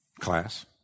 class